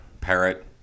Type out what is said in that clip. parrot